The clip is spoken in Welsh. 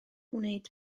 wneud